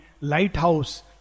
lighthouse